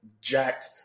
jacked